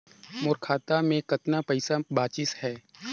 मोर खाता मे कतना पइसा बाचिस हे?